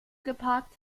geparkt